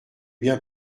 bien